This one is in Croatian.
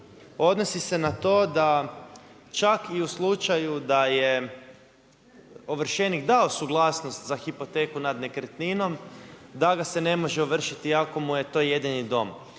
odnosi se na to da čak i u slučaju da je ovršenik dao suglasnost za hipoteku nad nekretninom, da ga se ne može ovršiti ako mu je to jedini dom.